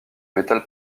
metal